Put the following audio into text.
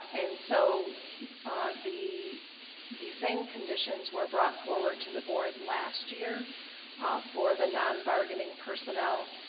and so ah the the same conditions were brought forward to the board last year for the non-bargaining personnel.